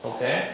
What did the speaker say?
Okay